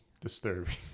disturbing